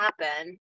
happen